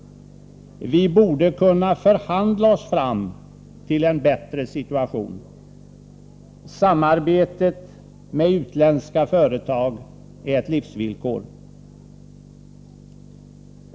Vi borde kunna förhandla oss fram till en bättre situation. Samarbetet med utländska företag är ett livsvillkor.